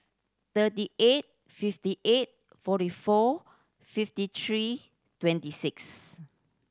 thirty eight fifty eight forty four fifty three twenty six